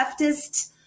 leftist